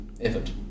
effort